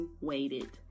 waited